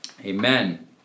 Amen